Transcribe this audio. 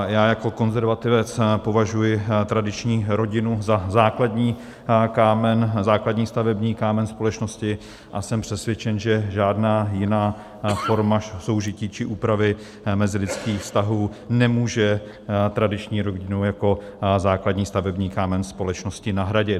Já jako konzervativec považuji tradiční rodinu za základní kámen, základní stavební kámen společnosti, a jsem přesvědčen, že žádná jiná forma soužití či úpravy mezilidských vztahů nemůže tradiční rodinu jako základní stavební kámen společnosti nahradit.